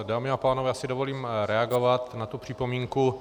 Dámy a pánové, já si dovolím reagovat na tu připomínku.